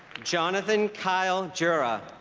jonathan kyle jura